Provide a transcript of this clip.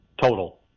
total